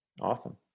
Awesome